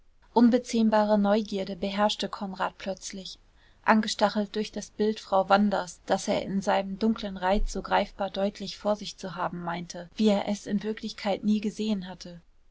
unbezähmbare neugierde beherrschte konrad plötzlich angestachelt durch das bild frau wandas das er in seinem dunklen reiz so greifbar deutlich vor sich zu haben meinte wie er es in wirklichkeit nie gesehen hatte